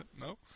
no